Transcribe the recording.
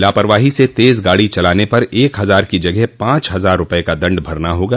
लापरवाही से तेज गाड़ी चलाने पर एक हजार की जगह पांच हजार रुपये का दंड भरना होगा